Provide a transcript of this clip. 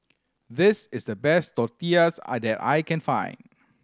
this is the best Tortillas I that I can find